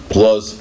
Plus